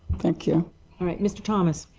thank you. all right mr. thomas.